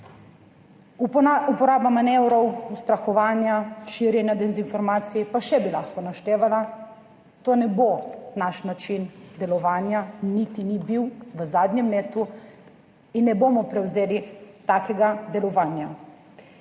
Uporaba manevrov ustrahovanja, širjenja dezinformacij, pa še bi lahko naštevala, to ne bo naš način delovanja, niti ni bil v zadnjem letu in ne bomo prevzeli takega delovanja.